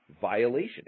violation